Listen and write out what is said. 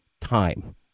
time